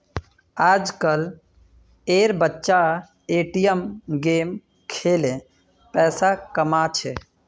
आजकल एर बच्चा ए.टी.एम गेम खेलें पैसा कमा छे